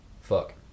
fuck